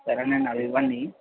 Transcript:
సరేనండి అవి ఇవ్వండీ